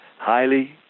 highly